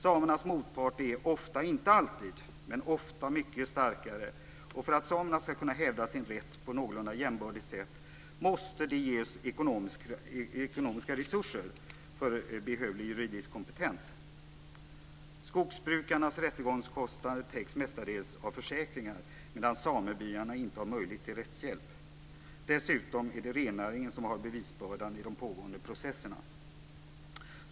Samernas motpart är ofta - inte alltid, men ofta - mycket starkare, och för att samerna ska kunna hävda sin rätt på ett någorlunda jämbördigt sätt måste de ges ekonomiska resurser för behövlig juridisk kompetens. Skogsbrukarnas rättegångskostnader täcks mestadels av försäkringar, medan samebyarna inte har möjlighet till rättshjälp. Dessutom är det rennäringen som har bevisbördan i de pågående processerna.